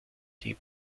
die